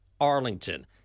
Arlington